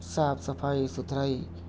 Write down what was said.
صاف صفائی ستھرائی